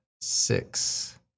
six